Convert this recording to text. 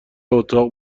اتاق